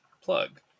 plug